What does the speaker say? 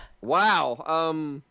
Wow